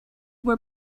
were